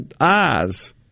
eyes